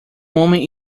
homem